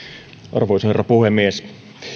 arvoisa herra puhemies